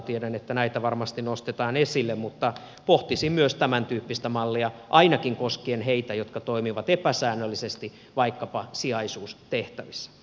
tiedän että näitä varmasti nostetaan esille mutta pohtisin myös tämäntyyppistä mallia ainakin koskien heitä jotka toimivat epäsäännöllisesti vaikkapa sijaisuustehtävissä